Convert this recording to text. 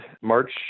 March